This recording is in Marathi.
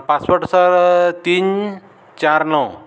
पासपोर्ट सर तीन चार नऊ